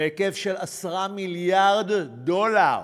בהיקף של 10 מיליארד דולר.